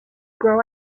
grow